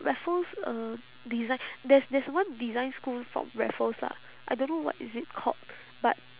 raffles uh design there's there's one design school from raffles lah I don't know what is it called but